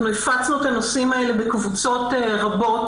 אנחנו הפצנו את הנושאים האלה בקבוצות רבות